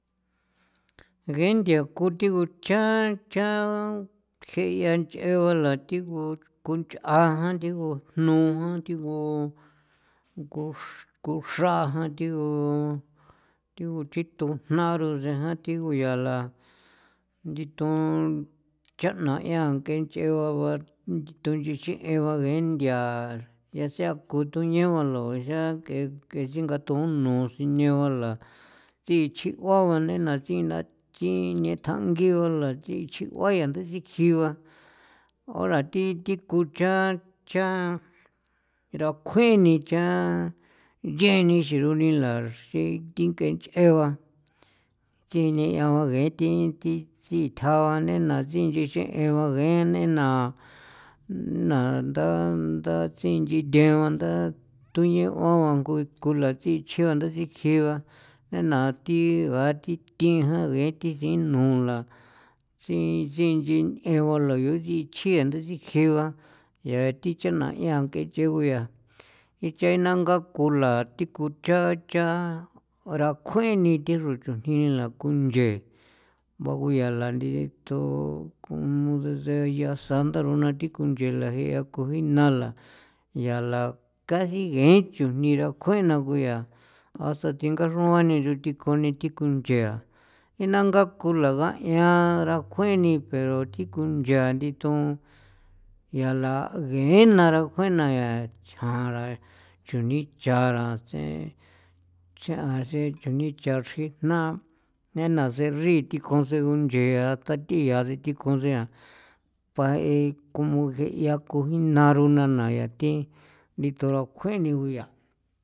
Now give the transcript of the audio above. Gee nthia ku thigu cha cha jeia nch'ee bala thigu kunchja'a jan thigu jnu'u thigu ngu nguxrajan thigu thigu thi chithujna rosejan thigu yala nditon chaa'na yaa ng'ee nch'ee baba nditon nchixiin ba geenthia ya sea kon tuñaba lo ya se ng'e ke si thingatoon nu sine bala tsichi'ua ba nei na tsiina thi nethjangi bala thi chi'ua ya ta ntsikji ba ora thi ku ku cha cha rakjuin ni cha cha nch'ee ni xirola xi thi ng'ee nch'ee ba thi nea ba ngee thi thi thithjao ba nei na sintsichje ba ngee nei nana nda nda tsii inchi thee ba tuñaoan ba ngu ku latsichji ba ta nchekji ba nei na thi thi ngee thi siin no la tsii inchin ng'ee ba lani chjia ta nchkjee ba ya thi chanaian ankejeo ngu ya cha inangaa kula thi ku cha cha rakjue ni thi xro chujniila kunchee ban ngu ya ni bagunyaula nthi ton komo desde yaa sandaro thi kunchela ji ko jiinala yala kaxi ngee chujni rakjuee na ngu yaa hasta thinga xroan ni thikon ni thi kunchea inaa nga konla ga'ña rakjue ni pero thi kun chia thi nditon yala ngee narakjue chjaanra chujni chara tsen tsen chujni chaxrijna nei na se nchri thi consegun nchea ta thi thia sinthin kon sen pa jee como jee ku jinarona na yaa thi nditon rakjuen guyaa'.